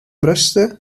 mryste